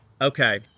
Okay